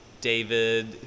David